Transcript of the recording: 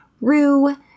Rue